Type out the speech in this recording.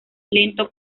lento